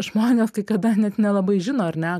žmonės kai kada net nelabai žino ar ne